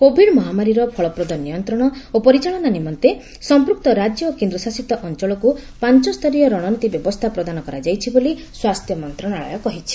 Covid ମହାମାରୀର ଫଳପ୍ରଦ ନିୟନ୍ତ୍ରଣ ଓ ପରିଚାଳନା ନିମନ୍ତେ ରାଜ୍ୟ ଓ କେନ୍ଦ୍ରଶାସିତଅଞ୍ଚଳକୁ ପାଞ୍ଚସ୍ତରୀୟ ରଣନୀତି ବ୍ୟବସ୍ଥା ପ୍ରଦାନ କରାଯାଇଛି ବୋଲି ସ୍ୱାସ୍ଥ୍ୟ ମନ୍ତ୍ରଣାଳୟ କହିଛି